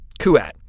Kuat